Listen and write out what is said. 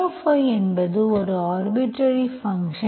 gy என்பது ஒரு arbitrary function